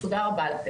תודה רבה לכם.